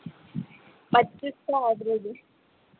पच्चीस का एवरेज है